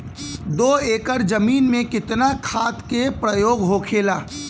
दो एकड़ जमीन में कितना खाद के प्रयोग होखेला?